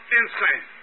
insane